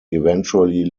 eventually